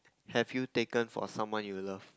have you taken for someone you love